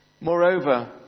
Moreover